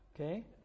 Okay